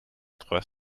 trois